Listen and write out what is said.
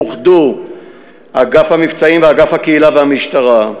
אוחדו אגף המבצעים ואגף הקהילה והמשטרה,